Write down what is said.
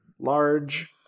large